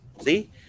See